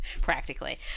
practically